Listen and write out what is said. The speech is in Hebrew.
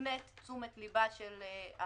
שמופנית תשומת לבה של הוועדה,